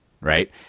right